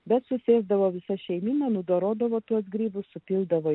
bet susėsdavo visa šeimyna sudorodavo tuos grybus supildavo